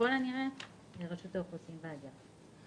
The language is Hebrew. ככל הנראה, רשות האוכלוסין וההגירה.